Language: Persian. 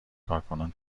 کارکنان